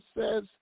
says